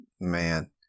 man